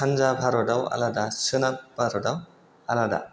सानजा भारताव आलादा सोनाब भारताव आलादा